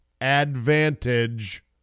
advantage